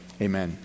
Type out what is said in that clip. amen